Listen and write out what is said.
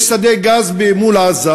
יש שדה גז מול עזה,